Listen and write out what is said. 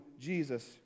Jesus